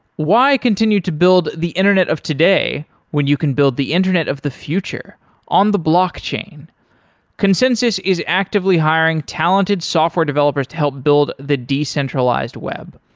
why continue to build the internet of today when you can build the internet of the future on the blockchain? consensys is actively hiring talented software developers to help build the decentralized web.